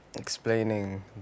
explaining